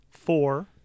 Four